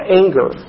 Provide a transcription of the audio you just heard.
anger